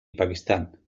pakistán